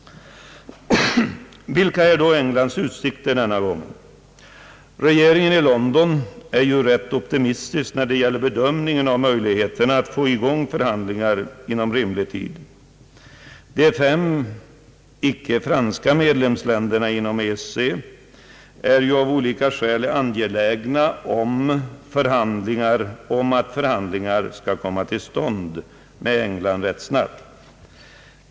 Vilka är då Englands utsikter denna gång? Regeringen i London är ju rätt optimistisk i sin bedömning av möjligheterna att få till stånd förhandlingar inom rimlig tid. De fem medlemsländerna i EEC vid sidan av Frankrike är ju av olika skäl angelägna om att förhandlingar med England skall komma i gång rätt snabbt.